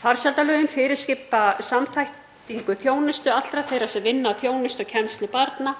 Farsældarlögin fyrirskipa um samþættingu þjónustu allra þeirra sem vinna að þjónustu og kennslu barna